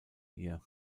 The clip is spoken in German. ihr